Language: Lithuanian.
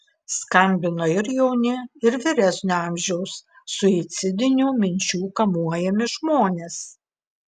skambino ir jauni ir vyresnio amžiaus suicidinių minčių kamuojami žmonės